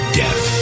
death